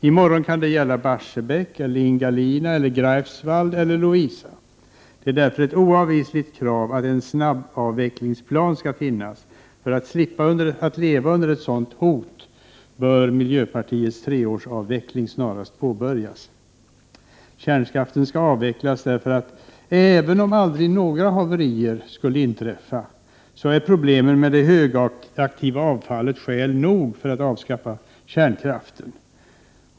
I morgon kan det gälla Barsebäck eller Ingalina eller Greifswald eller Lovisa. Därför är det ett oavvisligt krav att en snabbavvecklingsplan skall finnas. För att slippa att leva under sådana hot bör miljöpartiets treårsavveckling snarast påbörjas. Kärnkraften skall avvecklas därför att även om några haverier aldrig kunde inträffa, så är problemen med det högaktiva avfallet skäl nog för att ändå avskaffa kärnkraften.